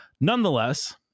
nonetheless